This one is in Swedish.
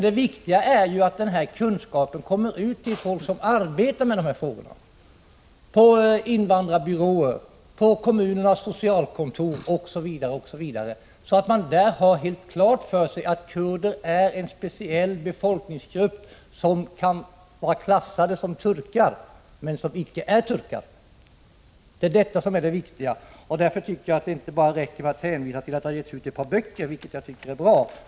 Det viktiga är ju att den här kunskapen kommer ut till folk som arbetar med dessa frågor — på invandrarbyråer, socialkontor osv. — så att man där har helt klart för sig att kurder är en speciell befolkningsgrupp, att de kan vara klassade som turkar men att de icke är turkar. Därför tycker jag att det inte räcker med att hänvisa till att det har givits ut ett par böcker — vilket jag tycker är bra.